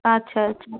আচ্ছা আচ্ছা